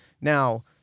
Now